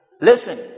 Listen